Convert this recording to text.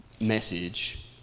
message